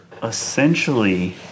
essentially